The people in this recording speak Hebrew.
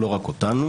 לא רק אותנו.